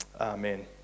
Amen